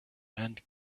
and